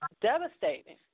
devastating